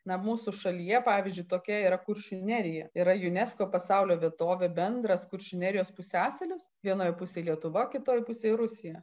na mūsų šalyje pavyzdžiui tokia yra kuršių nerija yra unesco pasaulio vietovė bendras kuršių nerijos pusiasalis vienoj pusėj lietuva kitoj pusėj į rusija